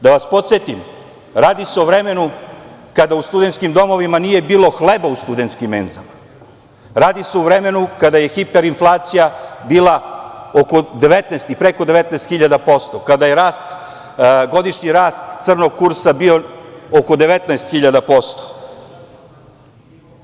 Da vas podsetim, radi se o vremenu kada u studentskim domovima nije bilo hleba u studentskim menzama, radi se o vremenu kada je hiperinflacija bila oko 19 i preko 19.000%, kada je godišnji rast crnog kursa bio oko 19.000%